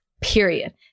period